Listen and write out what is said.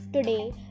Today